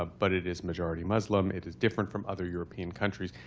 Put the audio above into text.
ah but it is majority muslim. it is different from other european countries.